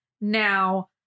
Now